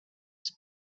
its